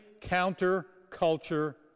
counter-culture